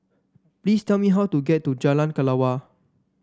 please tell me how to get to Jalan Kelawar